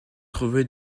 trouver